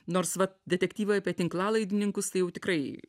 nors va detektyvai apie tinklalaidininkus tai jau tikrai